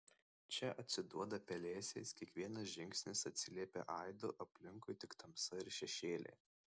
čia atsiduoda pelėsiais kiekvienas žingsnis atsiliepia aidu aplinkui tik tamsa ir šešėliai